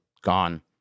gone